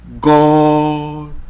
God